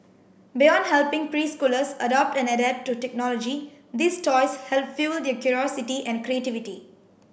beyond helping preschoolers adopt and adapt to technology these toys help fuel their curiosity and creativity